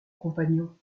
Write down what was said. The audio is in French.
compagnon